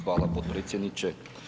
Hvala potpredsjedniče.